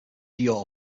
your